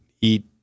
eat